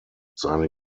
seine